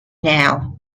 now